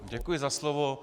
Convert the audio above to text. Děkuji za slovo.